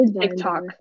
TikTok